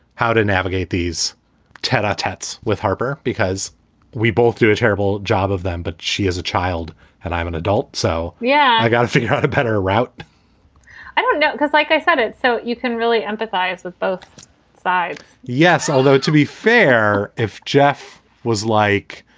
how to navigate these tete a ah tete with harper because we both do a terrible job of them. but she has a child and i'm an adult. so, yeah, i've got to figure out a better route i don't know, because like i said, it's so you can really empathize with both sides yes. although to be fair, if jeff was like,